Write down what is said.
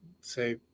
say